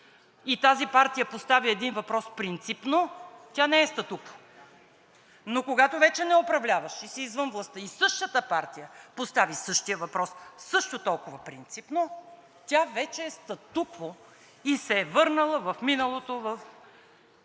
и тази партия поставя един въпрос принципно, тя не е статукво, но когато вече не управляваш и си извън властта и същата партия постави същия въпрос също толкова принципно, тя вече е статукво и се е върнала в миналото, в